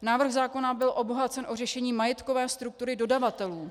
Návrh zákona byl obohacen o řešení majetkové struktury dodavatelů.